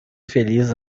feliz